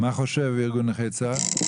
מה חושב ארגון נכי צה"ל?